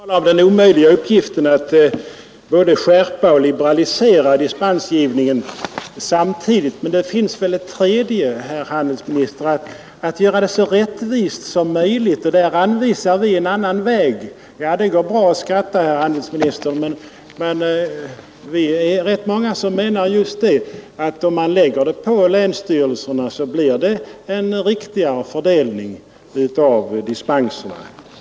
Herr talman! Handelsministern talar om den omöjliga uppgiften att samtidigt både skärpa och liberalisera dispensgivningen. Men det finns ett tredje sätt, herr handelsminister, nämligen att göra systemet så rättvist som möjligt, och där anvisar vi en annan väg. — Ja, det går bra att skratta, herr handelsminister, men vi är ganska många som anser att om man lägger dispensgivningen på länsstyrelserna blir det en riktigare fördelning av dispenserna.